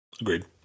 agreed